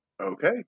Okay